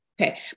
Okay